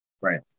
Right